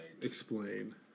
Explain